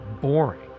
boring